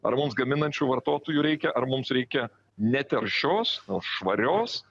ar mums gaminančių vartotojų reikia ar mums reikia netaršios švarios